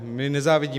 My nezávidíme.